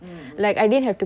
mm mm